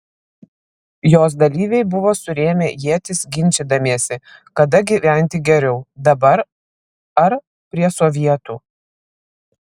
jos dalyviai buvo surėmę ietis ginčydamiesi kada gyventi geriau dabar ar prie sovietų